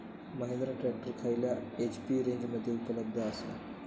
Mahindra tractor खयल्या HP रेंजमध्ये उपलब्ध आसा?